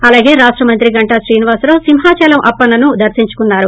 అలాగే రాష్ట్ మంత్రి గంటా శ్రీనివాసరావు సింహాచలం అప్పన్సను దర్పించుకున్నారు